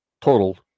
total